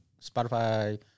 Spotify